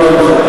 אני אומַר לך.